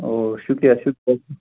اَوا شُکُریہ شُکُریہ شُکُریہ